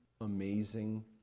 amazing